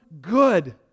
good